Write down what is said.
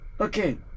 Okay